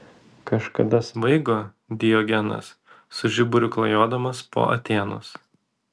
kažkada svaigo diogenas su žiburiu klajodamas po atėnus